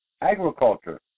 Agriculture